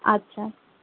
আচ্ছা